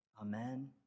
Amen